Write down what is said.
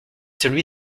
celui